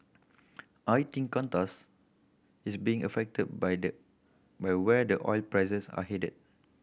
I think Qantas is being affected by the where where the oil prices are headed